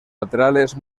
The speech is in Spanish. laterales